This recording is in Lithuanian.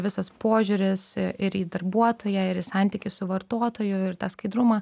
visas požiūris ir į darbuotoją ir į santykį su vartotoju ir tą skaidrumą